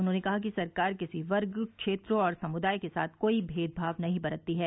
उन्होंने कहा कि सरकार किसी वर्ग क्षेत्र और समुदाय के साथ कोई भेदभाव नहीं बरतती है